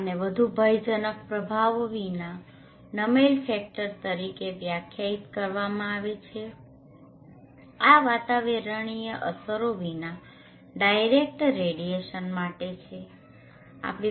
આને વધુ ભયજનક પ્રભાવો વિના નમેલ ફેક્ટર તરીકે વ્યાખ્યાયિત કરવામાં આવે છે આ વાતાવરણીય અસરો વિના ડાયરેક્ટ રેડીયેશન માટે છે